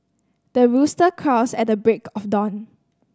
the rooster crows at the break of dawn